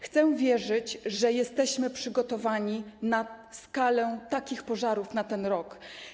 Chcę wierzyć, że jesteśmy przygotowani na taką skalę pożarów na ten rok.